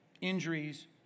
injuries